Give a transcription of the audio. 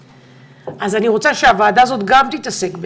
רוצה שהוועדה הזאת תתעסק גם בזה.